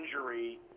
injury